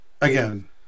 again